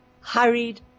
hurried